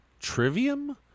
Trivium